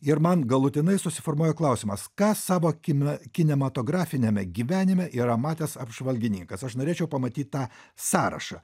ir man galutinai susiformuoja klausimas ką savo akim kinematografiniame gyvenime yra matęs apžvalgininkas aš norėčiau pamatyt tą sąrašą